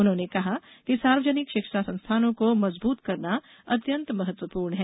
उन्होंने कहा कि सार्वजनिक शिक्षा संस्थानों को मजबूत करना अत्यंत महत्वपूर्ण है